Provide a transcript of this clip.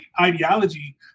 ideology